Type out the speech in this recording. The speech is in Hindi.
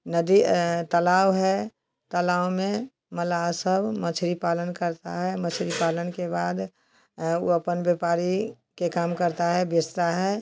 नदी तालाब है तलाऊ में मलाह सब मछली पालन करता है मछली पालन के बाद ओ अपन व्यापारी के काम करता है बेचता है